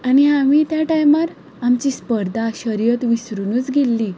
आनी आमी त्या टायमार आमची स्पर्धा आशिल्ली ती शर्यत विसरुनूच गेल्लीं